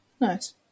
Nice